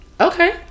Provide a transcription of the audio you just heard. Okay